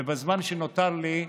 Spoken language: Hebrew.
ובזמן שנותר לי,